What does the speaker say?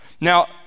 Now